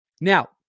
Now